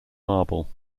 marble